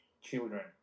Children